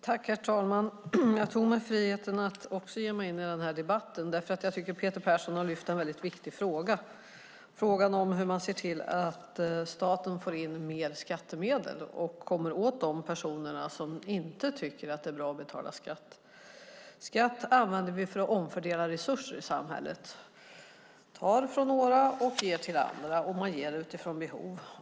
Herr talman! Jag tog mig friheten att också ge mig in i den här debatten därför att jag tycker att Peter Persson har lyft upp en viktig fråga, nämligen frågan om hur staten får in mer skattemedel och kommer åt de personer som inte tycker att det är bra att betala skatt. Skatt använder vi för att omfördela resurser i samhället. Vi tar från några och ger till andra, och vi ger utifrån behov.